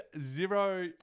zero